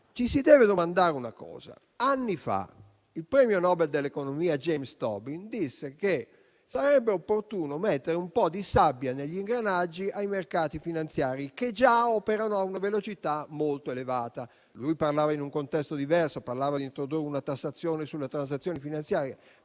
ci si deve fare una domanda. Anni fa, il premio Nobel dell'economia James Tobin disse che sarebbe stato opportuno mettere un po' di sabbia negli ingranaggi dei mercati finanziari, che già operavano a una velocità molto elevata. Tobin parlava in un contesto diverso e chiedeva di introdurre una tassazione sulle transazioni finanziarie,